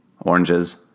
oranges